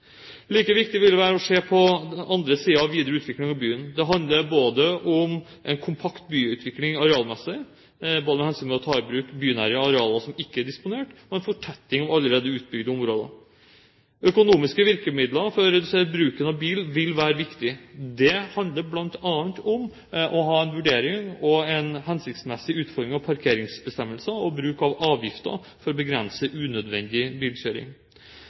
Like viktig vil det være å se på andre sider av videre utvikling av byen. Det handler om en kompakt byutvikling arealmessig, både ved å ta i bruk bynære arealer som ikke er disponert, og ved å få en fortetting av allerede utbygde områder. Økonomiske virkemidler for å redusere bruken av bil vil være viktig. Det handler bl.a. om å vurdere en hensiktsmessig utforming av parkeringsbestemmelser og bruk av avgifter for å begrense unødvendig bilkjøring.